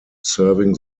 serving